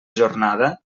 jornada